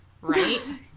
Right